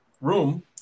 room